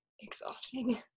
exhausting